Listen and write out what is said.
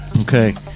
Okay